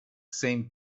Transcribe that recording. same